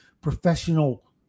professional